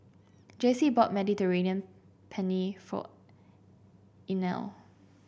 Jacey bought Mediterranean Penne for Inell